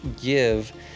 give